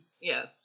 Yes